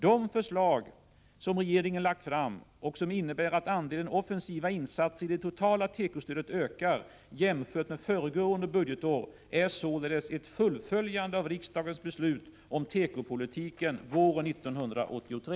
De förslag som regeringen lagt fram och som innebär att andelen offensiva insatser i det totala tekostödet ökar jämfört med föregående budgetår är således ett fullföljande av riksdagens beslut om tekopolitiken våren 1983.